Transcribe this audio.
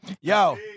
Yo